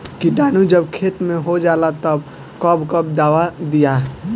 किटानु जब खेत मे होजाला तब कब कब दावा दिया?